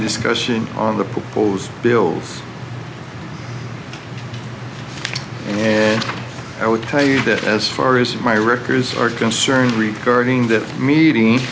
discussion on the proposed bills and i would tell you that as far as my records are concerned recording that meeting